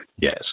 Yes